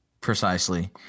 precisely